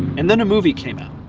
and then a movie came out.